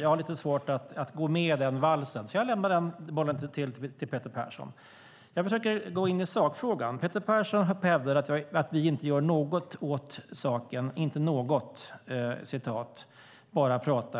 Jag har lite svårt att gå med i den valsen, så jag lämnar den bollen till Peter Persson. Jag försöker gå in i sakfrågan. Peter Persson hävdar att vi "inte gör något" åt saken, bara pratar.